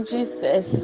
Jesus